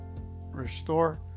restore